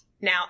Now